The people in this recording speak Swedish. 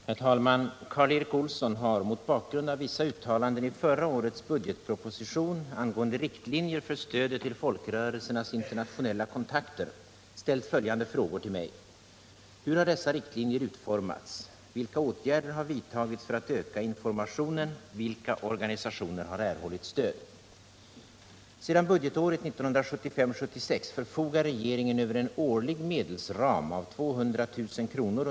Herr talman! Karl Erik Olsson har mot bakgrund av vissa uttalanden i förra årets budgetproposition angående riktlinjer för stödet till folkrörelsernas internationella kontakter ställt följande frågor till mig: 1. Hur har dessa riktlinjer utformats? 3. Vilka organisationer har erhållit stöd? Sedan budgetåret 1975/76 förfogar regeringen över en årlig medelsram av 200 000 kr.